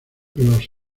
los